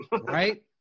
Right